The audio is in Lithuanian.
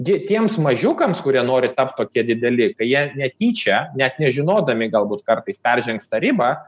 gi tiems mažiukams kurie nori tapt tokie dideli kai jie netyčia net nežinodami galbūt kartais peržengs tą ribą